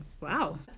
wow